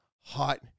hot